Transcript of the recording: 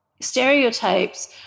stereotypes